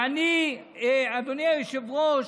אני, אדוני היושב-ראש,